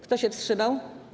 Kto się wstrzymał?